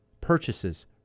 purchases